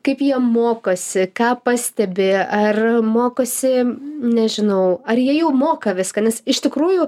kaip jie mokosi ką pastebi ar mokosi nežinau ar jie jau moka viską nes iš tikrųjų